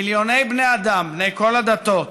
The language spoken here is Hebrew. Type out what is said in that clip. מיליוני בני אדם בני כל הדתות